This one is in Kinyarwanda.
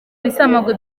ibisamagwe